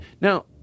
now